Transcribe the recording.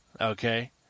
Okay